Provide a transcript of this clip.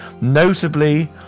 Notably